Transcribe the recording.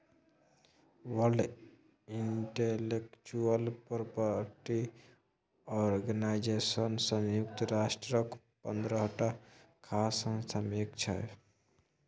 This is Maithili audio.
वर्ल्ड इंटलेक्चुअल प्रापर्टी आर्गेनाइजेशन संयुक्त राष्ट्रक पंद्रहटा खास संस्था मे एक छै